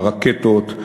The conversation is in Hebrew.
הרקטות,